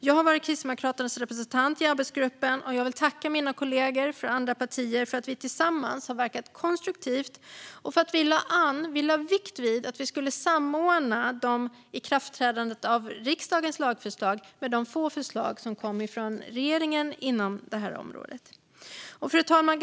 Jag har varit Kristdemokraternas representant i arbetsgruppen, och jag vill tacka mina kollegor från andra partier för att vi tillsammans har verkat konstruktivt och för att vi lade vikt vid att samordna ikraftträdandet av riksdagens lagförslag med de få förslag som kom från regeringen inom det här området. Fru talman!